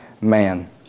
man